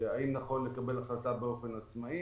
נכון לקבל החלטה באופן עצמאי.